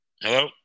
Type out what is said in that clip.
Hello